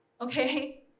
Okay